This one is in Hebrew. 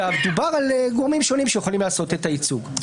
דובר על גורמים שונים שיכולים לעשות את הייצוג.